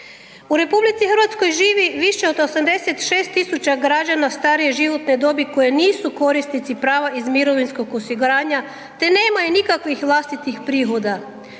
U RH živi više od 86 000 građana starije životne dobi koji nisu korisnici prava iz mirovinskog osiguranja te nemaju nikakvih vlastitih prihoda.